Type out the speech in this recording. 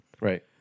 Right